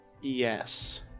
yes